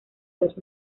dos